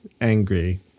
angry